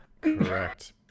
correct